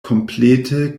komplete